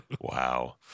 Wow